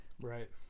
right